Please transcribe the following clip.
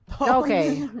Okay